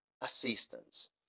assistance